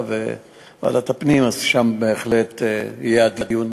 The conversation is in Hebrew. לוועדת הפנים, ושם יתקיים הדיון